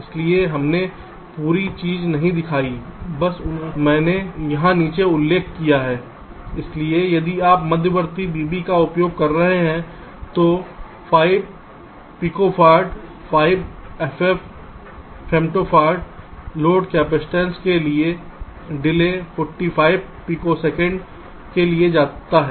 इसलिए हमने पूरी चीज़ नहीं दिखाई है बस मैंने यहाँ नीचे उल्लेख किया है इसलिए यदि आप मध्यवर्ती vB का उपयोग कर रहे हैं तो 5 picofarad 5 ff femtofarad load capacitance के लिए विलंब 45 पीकोसेकंड के लिए आता है